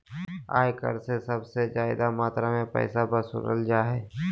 आय कर से सबसे ज्यादा मात्रा में पैसा वसूलल जा हइ